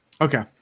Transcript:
Okay